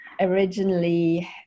Originally